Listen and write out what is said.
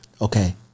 Okay